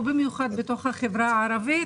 ובמיוחד בתוך החברה הערבית,